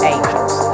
Angels